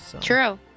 true